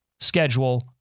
schedule